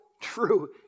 true